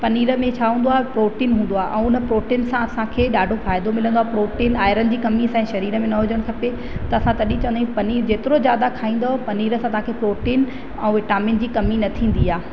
पनीर में छा हूंदो आहे प्रोटीन हूंदो आहे ऐं उन प्रोटीन सां असांखे ॾाढो फ़ाइदो मिलंदो आहे प्रोटीन आयरन जी कमी असांजे शरीर में न हुजणु खपे त असां तॾहिं चवंदा आहियूं पनीर जेतिरो ज़्यादा खाईंदो पनीर सां तव्हांखे प्रोटीन ऐं विटामिन जी कमी न थींदी आहे